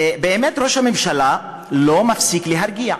באמת ראש הממשלה לא מפסיק להרגיע.